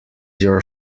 your